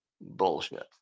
bullshit